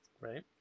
Right